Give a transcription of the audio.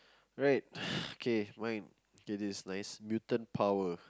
right okay mine okay this is nice mutant power